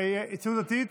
הציונות הדתית?